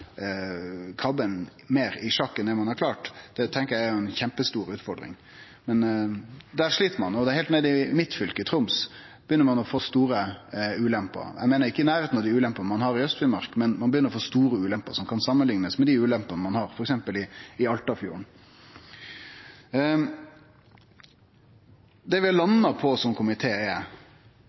krabben meir i sjakk enn det ein har klart, tenkjer eg er ei kjempestor utfordring. Der slit ein. Og heilt nede i mitt fylke, Troms, begynner ein å få store ulemper – ikkje i nærleiken av dei ulempene ein har i Aust-Finnmark, men ein begynner å få store ulemper som kan samanliknast med dei ulempene ein har f.eks. i Altafjorden. Det vi har landa på som komité, er